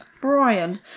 Brian